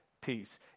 peace